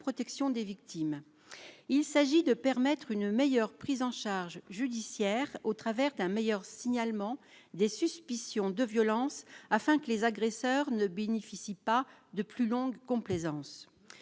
protection des victimes, il s'agit de permettre une meilleure prise en charge judiciaire au travers d'un meilleur signalement des suspicions de violences afin que les agresseurs ne bénéficient pas de plus longue complaisance